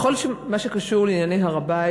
בכל מה שקשור לענייני הר-הבית,